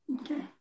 okay